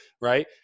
right